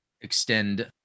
extend